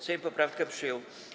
Sejm poprawkę przyjął.